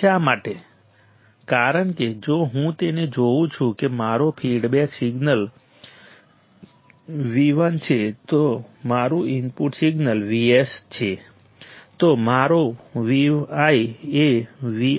શા માટે કારણ કે જો હું તેને જોઉં છું કે મારો ફીડબેક સિગ્નલ Vt છે મારું ઇનપુટ સિગ્નલ Vs છે તો મારો Vi એ Vi